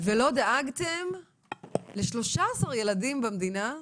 והם אמרו שלא דאגנו ל-13 ילדים במדינה,